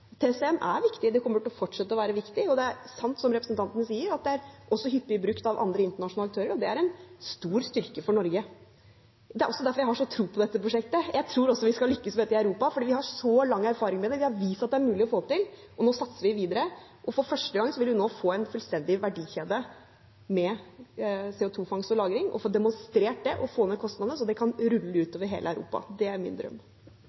TCM er viktig, og det kommer til å fortsette å være viktig. Det er sant som representanten sier, at det også er hyppig brukt av andre internasjonale aktører, og det er en stor styrke for Norge. Det er også derfor jeg har så tro på dette prosjektet. Jeg tror vi skal lykkes med dette i Europa fordi vi har så lang erfaring med det – vi har vist at det er mulig å få til. Nå satser vi videre. For første gang vil vi nå få en fullstendig verdikjede med CO 2 -fangst og –lagring, få demonstrert det og få ned kostnadene, så det kan rulle ut over hele Europa. Det er